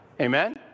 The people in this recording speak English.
Amen